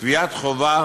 גביית חובה